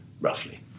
Roughly